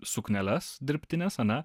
sukneles dirbtines ane